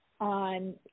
on